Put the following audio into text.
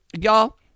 Y'all